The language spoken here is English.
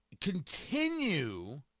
continue